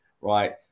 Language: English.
Right